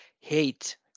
hate